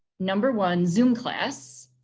number one zoom class.